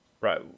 Right